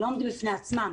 הם לא עומדים בפני עצמם,